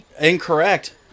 Incorrect